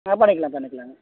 ஆ பண்ணிக்கலாம் பண்ணிக்கலாங்க